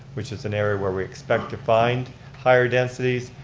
which is an area where we expect to find higher densities.